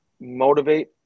motivate